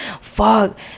fuck